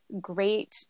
Great